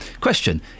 Question